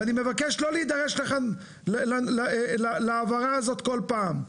ואני מבקש לא להידרש לכאן להבהרה הזאת כל פעם,